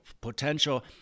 potential